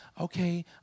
okay